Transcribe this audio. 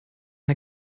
der